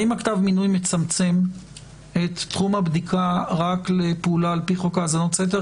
האם כתב המינוי מצמצם את תחום הבדיקה רק לפעולה על פי חוק האזנות סתר?